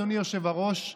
אדוני היושב-ראש,